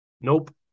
Nope